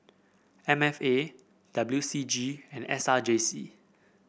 M F A W C G and S R J C